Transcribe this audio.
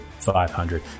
500